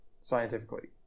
scientifically